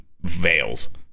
Veil's